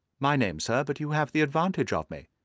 my name, sir but you have the advantage of me,